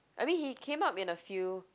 I mean he came up in a few